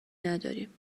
نداریم